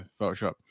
Photoshop